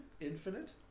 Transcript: Infinite